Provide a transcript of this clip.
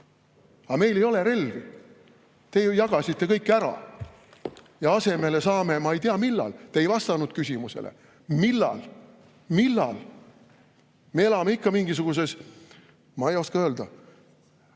Aga meil ei ole relvi, te ju jagasite kõik ära, ja asemele saame ma ei tea millal. Te ei vastanud küsimusele. Millal?! Millal?! Me elame ikka veel mingisuguses, ma ei oska öelda,